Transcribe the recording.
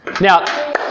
Now